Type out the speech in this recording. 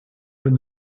when